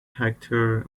hector